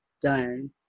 done